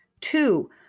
Two